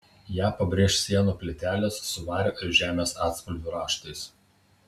ją pabrėš sienų plytelės su vario ir žemės atspalvių raštais